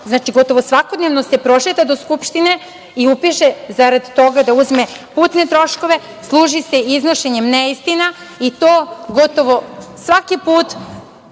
Znači, gotovo svakodnevno se prošeta do Skupštine i upiše zarad toga da uzme putne troškove. Služi se iznošenjem neistina, i to gotovo svaki put